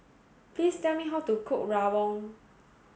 please tell me how to cook Rawon